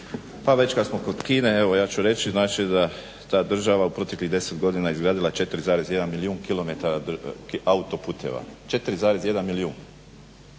Pa već kad smo kod Kine evo ja ću reći, znači da ta država u proteklih 10 godina izgradila 4,1 milijun kilometara autoputeva. 4,1 milijun